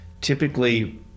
typically